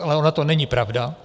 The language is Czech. Ale ona to není pravda.